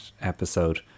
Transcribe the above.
episode